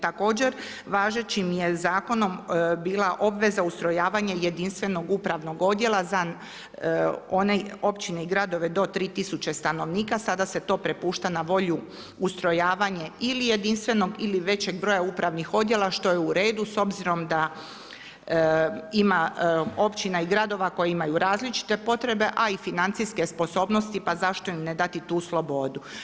Također važećim je zakonom bila obveza ustrojavanje jedinstvenog upravnog odjela za one općine i gradove do 3 tisuće stanovnika, sada se to prepušta na volju ustrojavanje ili jedinstvenog ili većeg broja upravnih odjela što je uredu s obzirom da ima općina i gradova koji imaju različite potrebe, a i financijske sposobnosti pa zašto im ne dati tu slobodu.